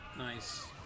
Nice